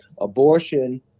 abortion